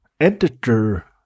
editor